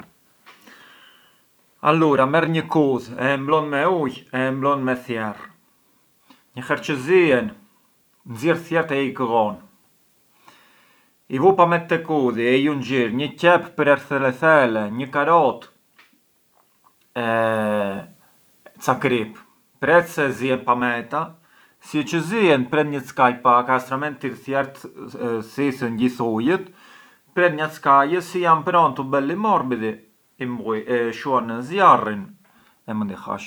Allura merr një kudh e mblon me ujë e e mblon me thierr, një herë çë zien, nxier thierrët e i këllon, i vu pamet te kudhi e i junxhir thele thele një karot e ca krip, pret se zien pameta, si ë çë zien pran nastramenti thierrët thithën gjithë ujët pret njatrë skaj e si jan prontu beli morbidi shuan zjarrin e mënd i hash.